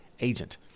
agent